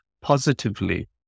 positively